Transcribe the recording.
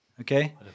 okay